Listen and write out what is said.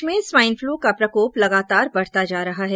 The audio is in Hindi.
प्रदेश में स्वाइन फ्लू का प्रकोप लगातार बढता जा रहा है